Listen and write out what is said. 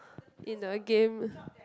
in the game